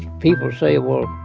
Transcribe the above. people say, well,